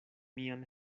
mian